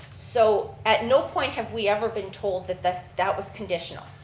so at no point have we ever been told that that that was conditional.